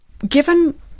Given